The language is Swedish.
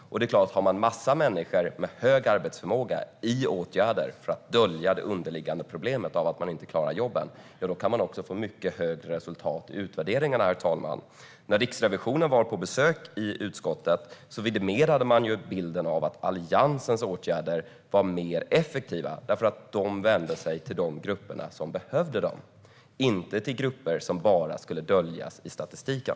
Om man har en massa människor med hög arbetsförmåga i åtgärder, för att dölja det underliggande problemet att man inte klarar jobben, är det klart att man också kan få mycket högre resultat i utvärderingarna. När Riksrevisionen var på besök i utskottet vidimerade man bilden av att Alliansens åtgärder var effektivare för att de vände sig till de grupper som behövde dem, inte till grupper som bara skulle döljas i statistiken.